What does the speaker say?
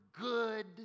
good